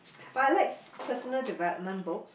but I like personal development books